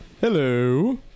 Hello